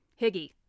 Higgy